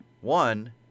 One